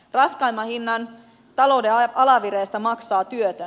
raskaimman hinnan talouden alavireestä maksaa työtön